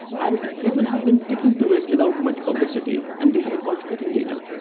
and people have been taking to it without much publicity, and they have been contributing data.